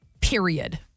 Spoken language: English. period